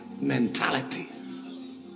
mentality